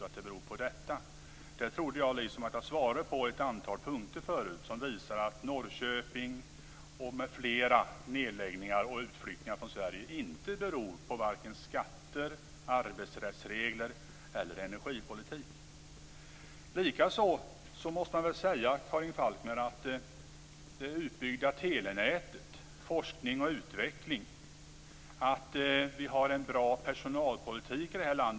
Den här frågan trodde jag liksom att jag svarade på när jag tog upp ett antal punkter förut som visar att nedläggningar i Norrköping och på andra ställen och utflyttningar från Sverige varken beror på skatter, arbetsrättsregler eller energipolitik. Dessutom måste man, Karin Falkmer, säga att vi har det utbyggda telenätet och forskning och utveckling. Och vi har en bra personalpolitik i det här landet.